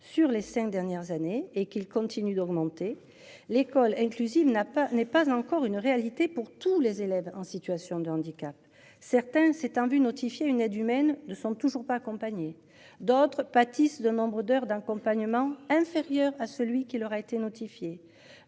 sur les 5 dernières années et qu'il continue d'augmenter. L'école inclusive n'a pas n'est pas encore une réalité pour tous les élèves en situation de handicap. Certains c'est un vu notifier une aide humaine ne sont toujours pas accompagnés d'autres pâtissent de nombre d'heures d'un compagnon inférieur à celui qui leur a été notifiée.